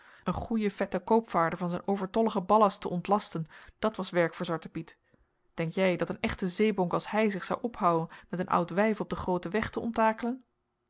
een goeien vetten koopvaarder van zijn overtolligen ballast te ontlasten dat was werk voor zwarten piet denk jij dat een echte zeebonk as hij zich zou ophouen met een oud wijf op den grooten weg te onttakelen